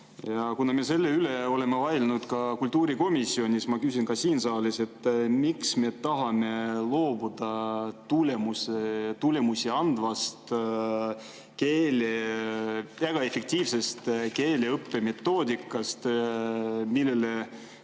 Kuna me selle üle oleme vaielnud ka kultuurikomisjonis, ma küsin ka siin saalis: miks me tahame loobuda tulemusi andvast, väga efektiivsest keeleõppe metoodikast, millele